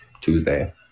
Tuesday